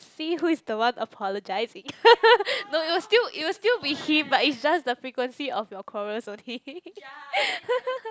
see who is the one apologizing no it will still it will still be him but is just the frequency of your quarrels only